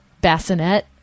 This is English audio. bassinet